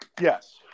Yes